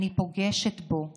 אני פוגשת בו הרבה.